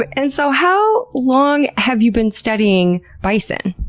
but and so how long have you been studying bison?